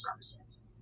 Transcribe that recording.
services